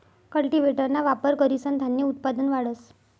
कल्टीव्हेटरना वापर करीसन धान्य उत्पादन वाढस